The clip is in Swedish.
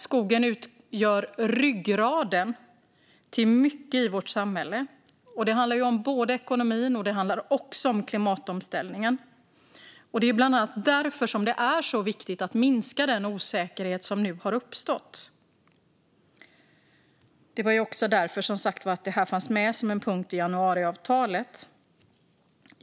Skogen utgör ryggraden för mycket i vårt samhälle. Det handlar både om ekonomin och om klimatomställningen. Det är bland annat därför det är så viktigt att minska den osäkerhet som nu har uppstått. Det var som sagt också därför detta fanns med som en punkt i januariavtalet.